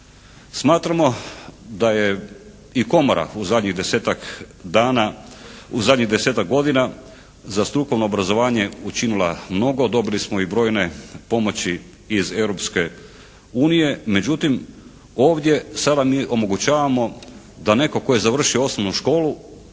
Smatramo da je i komora u zadnjih 10-tak godina za strukovno obrazovanje učinila mnogo, dobili smo i brojne pomoći iz Europske unije, međutim ovdje sada mi omogućavamo da netko tko je završio osnovnu školu